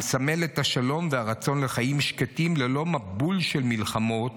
המסמל את השלום והרצון לחיים שקטים ללא מבול של מלחמות,